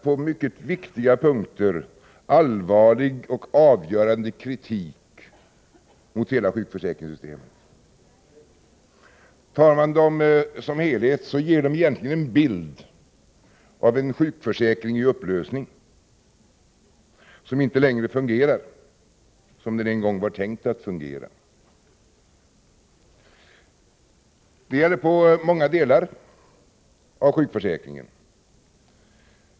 På mycket viktiga punkter riktar de allvarlig och avgörande kritik mot hela sjukförsäkringssystemet. Betraktar man förslagen som helhet ger de egentligen en bild av en sjukförsäkring i upplösning, en sjukförsäkring som inte längre fungerar som den en gång var tänkt att fungera. Kritiken riktar sig mot många delar av sjukförsäkringen.